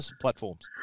platforms